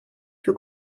für